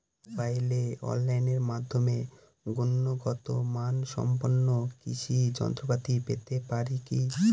মোবাইলে অনলাইনের মাধ্যমে গুণগত মানসম্পন্ন কৃষি যন্ত্রপাতি পেতে পারি কি?